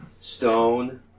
stone